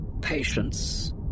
patience